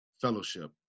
fellowship